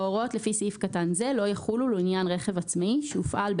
ההוראות לפי סעיף קטן זה לא יחולו לעניין רכב עצמאי שהופעל,